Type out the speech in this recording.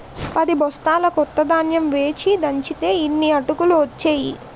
పదిబొస్తాల కొత్త ధాన్యం వేచి దంచితే యిన్ని అటుకులు ఒచ్చేయి